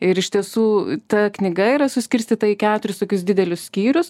ir iš tiesų ta knyga yra suskirstyta į keturis tokius didelius skyrius